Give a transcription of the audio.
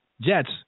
Jets